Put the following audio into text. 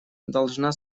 должна